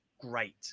great